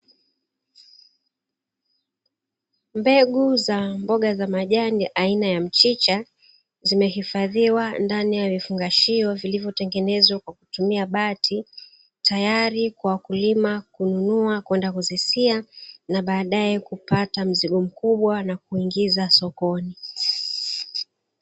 Mbegu za mboga za majani aina ya mchicha zimehifadhiwa ndani ya vifungashio vilivotengenezwa kwa kutumia bati, tayari kwa wakulima kununua kwenda kuzisia na baadae kupata mzigo mkubwa na kuingiza sokoni.